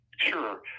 Sure